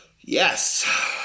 Yes